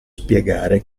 spiegare